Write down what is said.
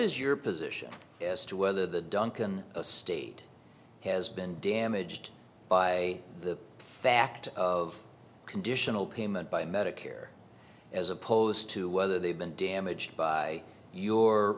is your position as to whether the duncan a state has been damaged by the fact of conditional payment by medicare as opposed to whether they've been damaged by your